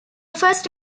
first